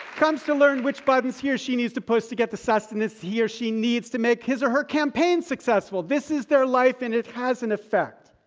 comes to learn which buttons he or she needs to push to get the sustenance he or she needs to make his or her campaign successful. this is their life, and it has an effect.